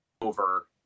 over